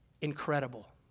incredible